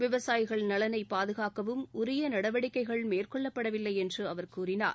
விவசாயிகள் நலனை பாதுகாக்கவும் உரிய நடவடிக்கைகள் மேற்கொள்ளப்படவில்லை என்று அவர் கூறினார்